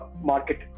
market